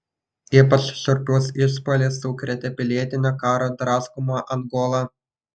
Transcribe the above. ypač šiurpus išpuolis sukrėtė pilietinio karo draskomą angolą